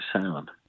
sound